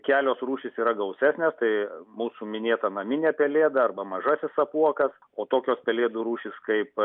kelios rūšys yra gausesnės tai mūsų minėta naminė pelėda arba mažasis apuokas o tokios pelėdų rūšys kaip